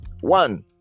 one